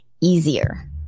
easier